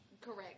Correct